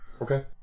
okay